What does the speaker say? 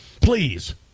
Please